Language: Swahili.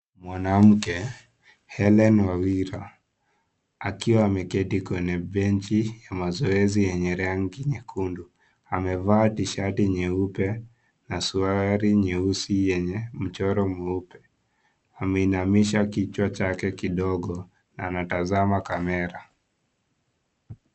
Mwanamke, Hellen Wawira akiwa ameketi kwenye benchi ya mazoezi yenye rangi nyekundu. Amevaa t-shati nyeupe na suruali nyeusi yenye mchoro nyeupe. Ameinamisha kichwa chake kidogo. Anatazama kamera.